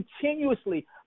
continuously